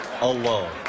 alone